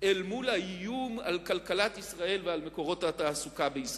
אל מול האיום על כלכלת ישראל ועל מקורות התעסוקה בישראל.